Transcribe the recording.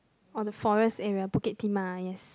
or the forest area Bukit Timah yes